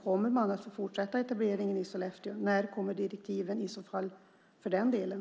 Kommer man att få fortsätta etableringen i Sollefteå? När kommer direktiven i så fall för den delen?